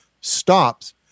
stops